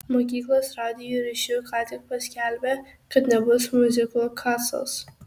mokyklos radijo ryšiu ką tik paskelbė kad nebus miuziklo kasos